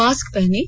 mask पहनें